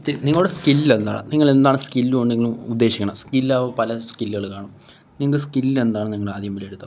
നിങ്ങളുടെ സ്കില്ലെന്താണ് നിങ്ങളെന്താണ് സ്കില് കൊണ്ട് നിങ്ങള് ഉദ്ദേശിക്കുന്നത് സ്കില്ലാവുമ്പോള് പല സ്കില്ലുകള് കാണും നിങ്ങളുടെ സ്കില്ലെന്താണെന്ന് നിങ്ങളാദ്യം വിലയിരുത്തുക